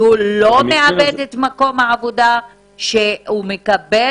שהוא לא מאבד את מקום העבודה ושהוא מקבל